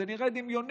זה נראה דמיוני,